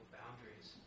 boundaries